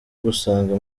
gusanga